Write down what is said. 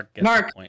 Mark